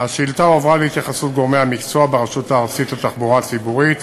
השאילתה הועברה להתייחסות גורמי המקצוע ברשות הארצית לתחבורה ציבורית,